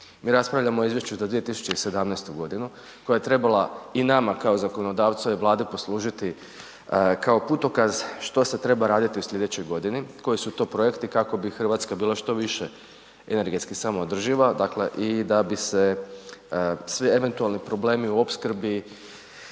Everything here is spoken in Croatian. mi raspravljamo o izvješću za 2017. g. koje je trebala i nama kao zakonodavcu ove Vlade poslužiti kao putokaz što se treba raditi u slijedećoj godini, koji su to projekti kako bi Hrvatska bila što više energetski samoodrživa dakle i da bi se sve eventualni problemi u opskrbi